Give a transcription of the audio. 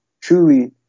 truly